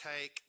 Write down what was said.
take